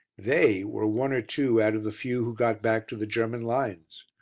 they were one or two out of the few who got back to the german lines.